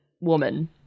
woman